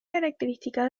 característica